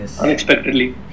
unexpectedly